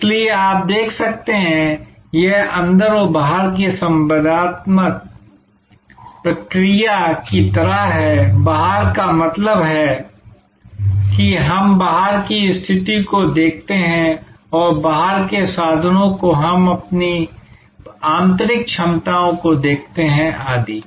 इसलिए आप देख सकते हैं यह अंदर और बाहर की संवादत्मक प्रक्रिया की तरह है बाहर का मतलब है कि हम बाहर की स्थिति को देखते हैं और बाहर के साधनों को हम अपनी आंतरिक दक्षताओं को देखते हैं आदि